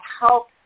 help